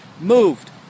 moved